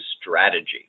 strategy